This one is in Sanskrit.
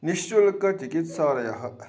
निःशुल्कचिकित्सालयः